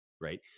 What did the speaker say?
Right